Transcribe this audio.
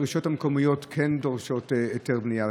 שהרשויות המקומיות כן דורשות היתר בנייה,